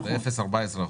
ב-0.14%.